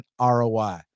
ROI